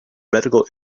medical